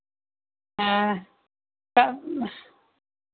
हाँ कब